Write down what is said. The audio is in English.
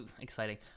exciting